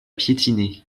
piétiner